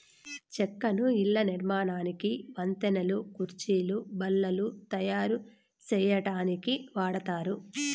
చెక్కను ఇళ్ళ నిర్మాణానికి, వంతెనలు, కుర్చీలు, బల్లలు తాయారు సేయటానికి వాడతారు